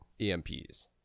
EMPs